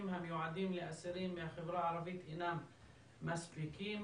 המיועדים לאסירים מהחברה הערבית אינם מספיקים,